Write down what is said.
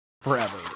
forever